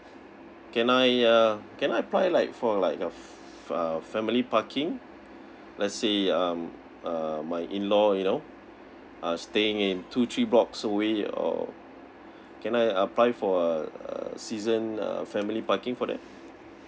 can I uh can I apply like for like uh from uh family parking let's say um err my in law you know are staying in two three blocks away or can I apply for err season uh family parking for that